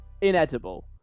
inedible